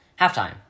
halftime